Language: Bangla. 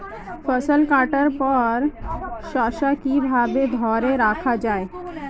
ফসল কাটার পর শস্য কিভাবে ধরে রাখা য়ায়?